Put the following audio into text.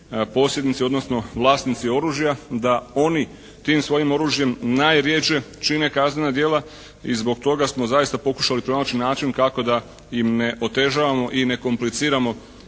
posjednici odnosno vlasnici oružja, da oni tim svojim oružjem najrjeđe čine kaznena djela. I zbog toga smo zaista pokušali pronaći način kako da im ne otežavamo i ne kompliciramo